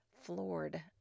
floored